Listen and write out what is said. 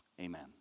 Amen